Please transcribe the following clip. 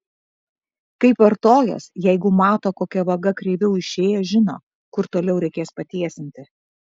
kaip artojas jeigu mato kokia vaga kreiviau išėjo žino kur toliau reikės patiesinti